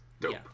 dope